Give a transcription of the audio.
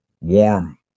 warm